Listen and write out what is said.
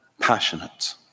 passionate